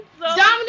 Dominic